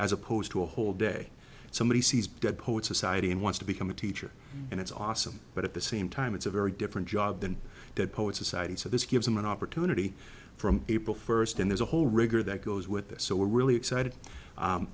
as opposed to a whole day somebody sees dead poets society and wants to become a teacher and it's awesome but at the same time it's a very different job than dead poets society so this gives them an opportunity from april first and there's a whole rigor that goes with this so we're really excited